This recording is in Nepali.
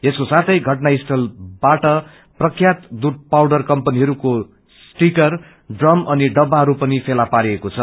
यसको साथै घटनास्थलबाट प्रख्यात दूष पाउडर कम्पनीहरूको स्टीकर ड्रम अनि डब्बाहरू पनि फेला परिएको छ